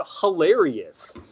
hilarious